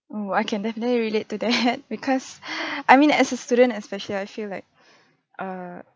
oo I can definitely relate to that because I mean as a student especially I feel like err